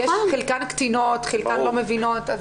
כי חלקן קטינות, חלקן לא מבינות.